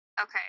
Okay